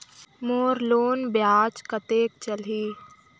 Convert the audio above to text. मोर loan ब्याज कतेक चलही?